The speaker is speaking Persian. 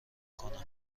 کنم